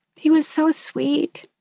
he was so sweet.